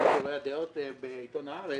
אחד מטורי הדעות בעיתון הארץ,